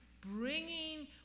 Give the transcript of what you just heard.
bringing